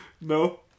No